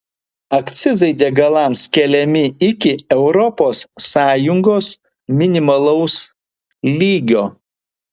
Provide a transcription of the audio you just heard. akcizai degalams keliami iki europos sąjungos minimalaus lygio